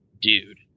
dude